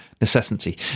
necessity